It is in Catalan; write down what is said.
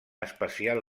especial